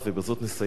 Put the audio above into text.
ובזאת נסיים,